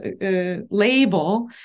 label